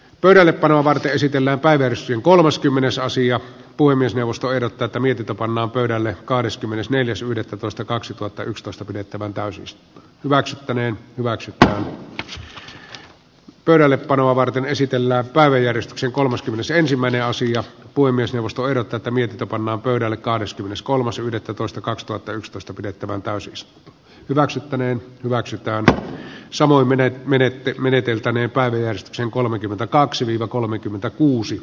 pöydällepanoa varten ysitiellä päiväys ja kolmaskymmenes asia puhemiesneuvosto erot tätä mietintö pannaan pöydälle kahdeskymmenesneljäs yhdettätoista kaksituhattayksitoista pidettäväänpäisyys hyväksyttäneen hyväksyttänyt pöydällepanoa varten esitellä päiväjärjestyksen kolmaskymmenesensimmäinen asia puhemiesneuvosto ja tätä mietintö pannaan pöydälle kahdeskymmeneskolmas yhdettätoista kaksituhattayksitoista pidettäväänpäisyys hyväksyttäneen hyväksytään samoin minne menet ei meneteltäneen päivineen sen kolmekymmentäkaksi viiva kolmekymmentäkuusi